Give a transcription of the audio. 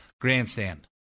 grandstand